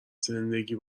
زندگی